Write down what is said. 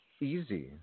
easy